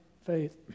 faith